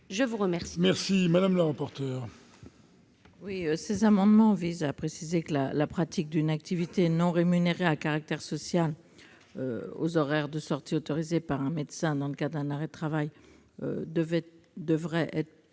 je vous remercie